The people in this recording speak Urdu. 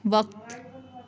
وقت